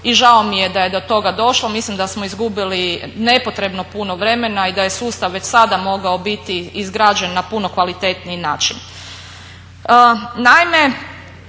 i žao mi je da je do toga došlo, mislim da smo izgubili nepotrebno puno vremena i da je sustav već sada mogao biti izrađen na puno kvalitetniji način.